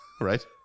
Right